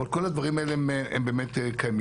אבל כל הדברים האלה הם באמת קיימים.